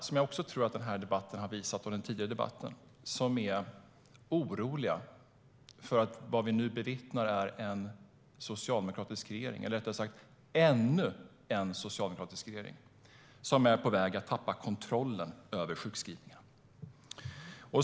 Som jag tror att den här debatten och den tidigare har visat är vi många som är oroliga för att det vi nu bevittnar är en socialdemokratisk regering, eller rättare sagt ännu en socialdemokratisk regering, som är på väg att tappa kontrollen över sjukskrivningarna.